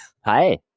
Hi